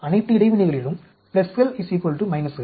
அனைத்து இடைவினைகளிலும் பிளஸ்கள் மைனஸ்கள்